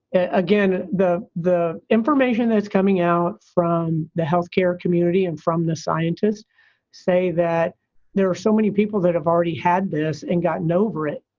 again, the the information that's coming out from the health care community and from the scientists say that there are so many people that have already had this and gotten over it.